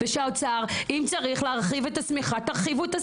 ושאם צריך להרחיב את השמיכה,